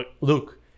look